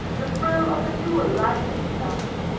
the thrill of a dual life is felt.